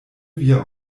via